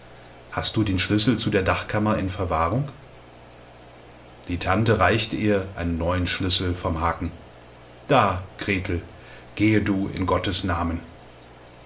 hast du den schlüssel zu der dachkammer in verwahrung die tante reichte ihr einen neuen schlüssel vom haken da gretel gehe du in gottes namen